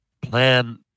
plan